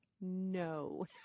no